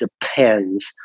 depends